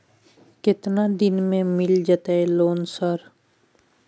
केतना दिन में मिल जयते लोन सर?